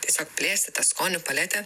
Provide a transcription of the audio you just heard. tiesiog plėsti tą skonių paletę